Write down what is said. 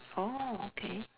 oh okay